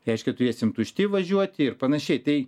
reiškia turėsim tušti važiuoti ir panašiai tai